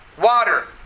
water